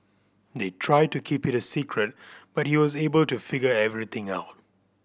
they tried to keep it a secret but he was able to figure everything out